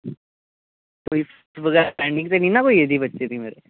कोई फीस बगैरा पैंडिंग ते नेईं ना बच्चे दी थुआड़े कश